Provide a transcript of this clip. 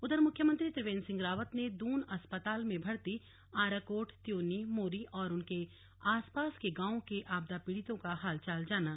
उधर मुख्यमंत्री त्रिवेन्द्र सिंह रावत ने दून अस्पताल में भर्ती आराकोट त्यूनी मोरी और उनके आस पास के गांवों के आपदा पीड़ितों का हालचाल जाना